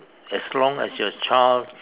as long as your child